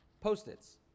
post-its